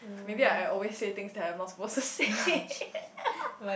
maybe I always say things that I'm not supposed to say